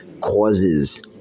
causes